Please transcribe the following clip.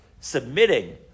submitting